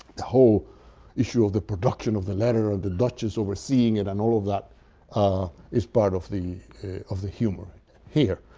the whole issue of the production of the letter and the duchess overseeing it and all of that is part of the of the humor here,